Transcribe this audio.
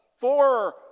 four